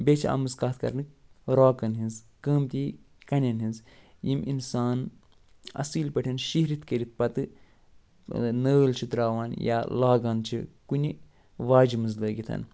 بیٚیہِ چھِ آمٕژ کَتھ کرنہٕ راکن ہِنٛز قۭمتی کنٮ۪ن ہِنٛز یِم اِنسان اصٕل پٲٹھۍ شِہرِتھ کَرِتھ پتہٕ نٲلۍ چھُ ترٛاوان یا لاگان چھِ کُنہِ واجہِ منٛز لٲگِتھ